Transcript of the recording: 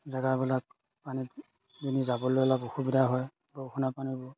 জেগাবিলাক পানীখিনি যাবলৈ অলপ অসুবিধা হয় বৰষুণ পানীবোৰ